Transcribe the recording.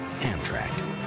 Amtrak